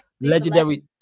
legendary